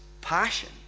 passion